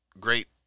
great